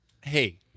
Hey